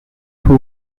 who